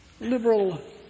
Liberal